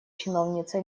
чиновница